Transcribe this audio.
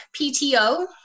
PTO